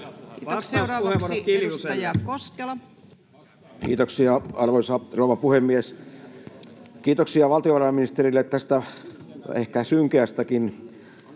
Kiitoksia, arvoisa rouva puhemies! Kiitoksia valtiovarainministerille tästä ehkä synkeästäkin